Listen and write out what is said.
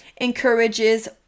encourages